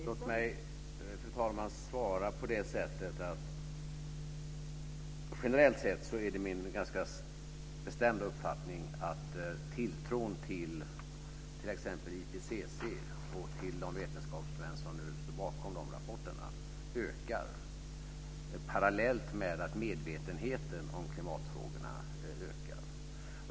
Fru talman! Låt mig svara på det sättet att generellt sett är det min ganska bestämda uppfattning att tilltron till t.ex. IPCC och till de vetenskapsmän som står bakom de rapporterna ökar, parallellt med att medvetenheten om klimatfrågorna ökar.